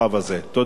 תודה, אדוני.